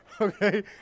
Okay